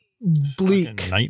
bleak